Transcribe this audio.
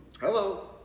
Hello